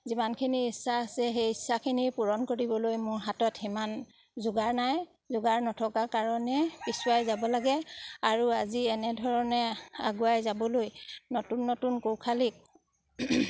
যিমানখিনি ইচ্ছা আছে সেই ইচ্ছাখিনিৰ পূৰণ কৰিবলৈ মোৰ হাতত সিমান যোগাৰ নাই যোগাৰ নথকা কাৰণে পিছুৱাই যাব লাগে আৰু আজি এনেধৰণে আগুৱাই যাবলৈ নতুন নতুন কৌশালিক